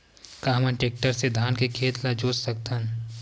का हमन टेक्टर से धान के खेत ल जोत सकथन?